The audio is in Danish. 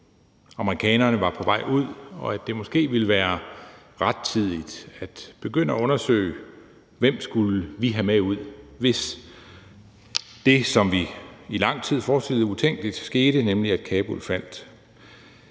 at amerikanerne var på vej ud, og at det måske ville være rettidigt at begynde at undersøge, hvem vi skulle have med ud, hvis det, som vi i lang tid forestillede os var utænkeligt, skete, nemlig at Kabul faldt.